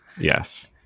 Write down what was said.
yes